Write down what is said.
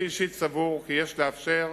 אני אישית סבור כי יש לאפשר,